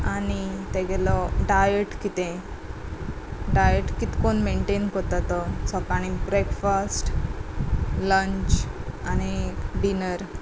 आनी तेगेलो डायट कितें डायट कितको मेनटेन करता तो सकाळी ब्रेकफास्ट लंच आनी डिनर